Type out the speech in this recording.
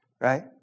Right